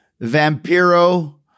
Vampiro